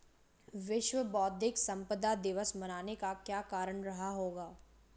विश्व बौद्धिक संपदा दिवस मनाने का क्या कारण रहा होगा?